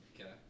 Okay